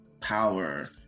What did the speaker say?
power